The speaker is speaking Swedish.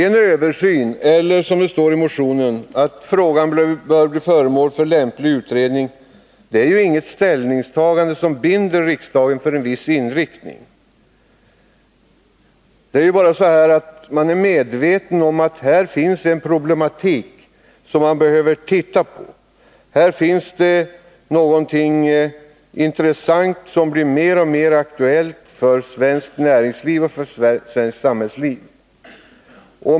En översyn — det står i motionen att frågan bör bli föremål för lämplig utredning — är ju inget ställningstagande som binder riksdagen för en viss inriktning. Det är bara så att man är medveten om att det finns en problematik som man behöver se på, här finns det någonting intressant som blir mer och mer aktuellt för svenskt näringsliv och svenskt samhällsliv.